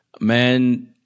Man